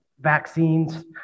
vaccines